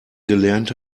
gelernt